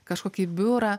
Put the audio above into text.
kažkokį biurą